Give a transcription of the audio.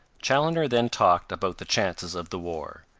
chaloner then talked about the chances of the war.